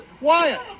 Wyatt